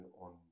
on